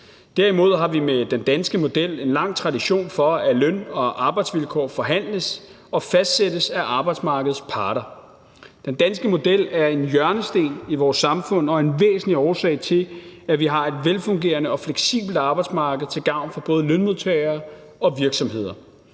Derimod har vi med den danske model en lang tradition for, at løn- og arbejdsvilkår forhandles og fastsættes af arbejdsmarkedets parter. Den danske model er en hjørnesten i vores samfund og en væsentlig årsag til, at vi har et velfungerende og fleksibelt arbejdsmarked til gavn for både lønmodtagere og virksomheder.